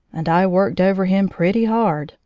and i worked over him pretty hard.